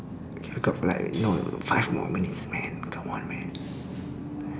K we got like know five more minutes man come on man